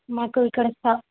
మాకు ఇక్కడ స